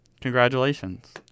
Congratulations